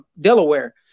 Delaware